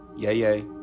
Yay